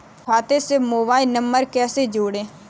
खाते से mobile number कैसे जोड़ें?